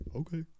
okay